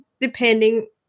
depending